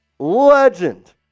Legend